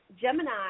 Gemini